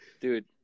Dude